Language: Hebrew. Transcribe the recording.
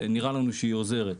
נראה לנו שהיא עוזרת.